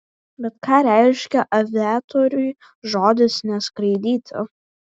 bet ką reiškia aviatoriui žodis neskraidyti